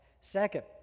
Second